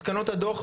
מסקנות הדוח,